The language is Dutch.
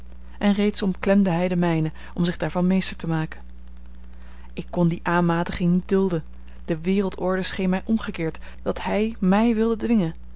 en reeds omklemde hij de mijne om zich daarvan meester te maken ik kon die aanmatiging niet dulden de wereldorde scheen mij omgekeerd dat hij mij wilde dwingen